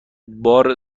بار